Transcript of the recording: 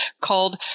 called